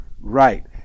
right